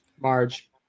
Marge